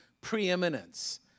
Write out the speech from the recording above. preeminence